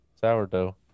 Sourdough